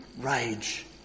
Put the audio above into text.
rage